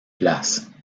place